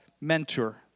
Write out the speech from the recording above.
mentor